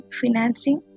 financing